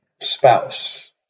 spouse